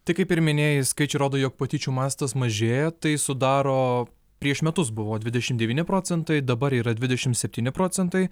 tai kaip ir minėjai skaičiai rodo jog patyčių mastas mažėja tai sudaro prieš metus buvo dvidešimt devyni procentai dabar yra dvidešmt septyni procentai